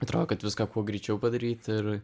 atrodo kad viską kuo greičiau padaryt ir